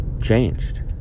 changed